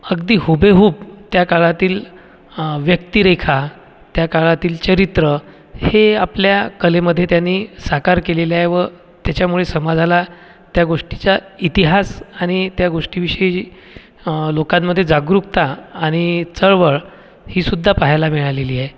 अगदी हुबेहूब त्या काळातील व्यक्तिरेखा त्या काळातील चरित्र हे आपल्या कलेमध्ये त्यांनी साकार केलेल्या आहे व त्याच्यामुळे समाजाला त्या गोष्टीच्या इतिहास आणि त्या गोष्टीविषयी लोकांमध्ये जागरूकता आणि चळवळ ही सुद्धा पाहायला मिळालेली आहे